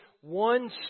one